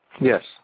yes